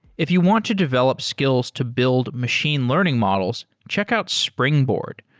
if you want to develop skills to build machine learning models, check out springboard.